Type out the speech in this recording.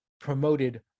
promoted